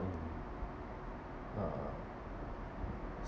mm uh